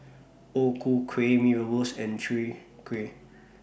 O Ku Kueh Mee Rebus and Chwee Kueh